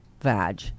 vag